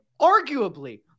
arguably